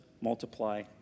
multiply